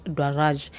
Dwaraj